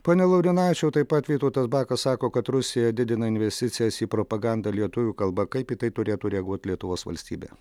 pone laurinavičiau taip pat vytautas bakas sako kad rusija didina investicijas į propagandą lietuvių kalba kaip į tai turėtų reaguot lietuvos valstybė